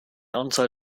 anzahl